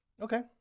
Okay